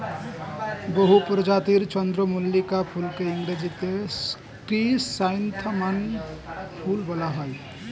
বহু প্রজাতির চন্দ্রমল্লিকা ফুলকে ইংরেজিতে ক্রিস্যান্থামাম ফুল বলা হয়